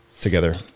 together